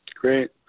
Great